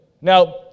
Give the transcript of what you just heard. Now